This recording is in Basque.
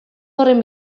horren